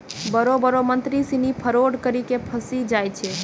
बड़ो बड़ो मंत्री सिनी फरौड करी के फंसी जाय छै